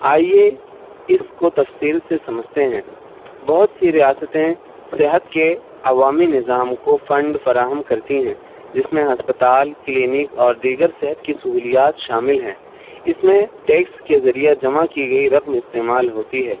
آئیے اس کو تفصیل سے سمجھتے ہیں بہت سی ریاستیں صحت کے عوامی نظام کو فنڈ فراہم کرتی ہیں جس میں ہسپتال کلینک اور دیگر صحت کی سہولیات شامل ہیں اس میں ٹیکس کے ذریعے جمع کی گئی رقم استعمال ہوتی ہے